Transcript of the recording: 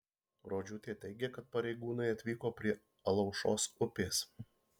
rodžiūtė teigia kad pareigūnai atvyko prie alaušos upės